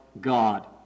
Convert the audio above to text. God